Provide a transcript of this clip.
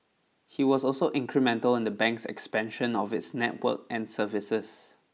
he was also incremental in the bank's expansion of its network and services